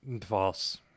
False